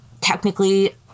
technically